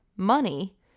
money